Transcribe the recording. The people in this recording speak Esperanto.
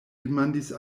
demandis